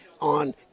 on